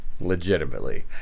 Legitimately